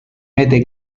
mete